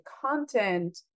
content